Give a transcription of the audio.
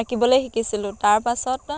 আঁকিবলৈ শিকিছিলোঁ তাৰ পাছত